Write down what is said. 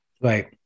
Right